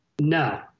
no